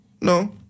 No